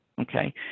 okay